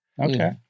Okay